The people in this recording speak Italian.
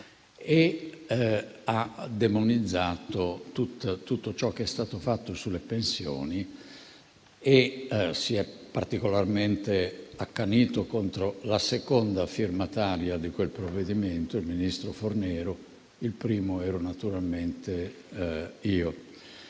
Ha demonizzato tutto ciò che è stato fatto sulle pensioni e si è particolarmente accanito contro la seconda firmataria di quel provvedimento, il ministro Fornero, e il primo ero naturalmente io.